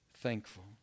thankful